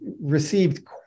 received